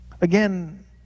Again